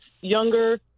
younger